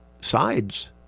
sides